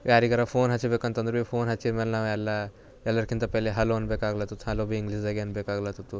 ಯಾರಿಗಾರ ಫೋನ್ ಹಚ್ಬೇಕು ಅಂತಂದ್ರೂ ಭೀ ಫೋನ್ ಹಚ್ಚಿದ್ಮೇಲೆ ನಾವೆಲ್ಲ ಎಲ್ಲರಿಗಿಂತ ಪೆಹಲೆ ಹಲೋ ಅನ್ಬೇಕಾಗ್ಲತ್ತತು ಹಲೋ ಭೀ ಇಂಗ್ಲೀಷ್ದಾಗೆ ಅನ್ಬೇಕಾಗ್ಲತ್ತತು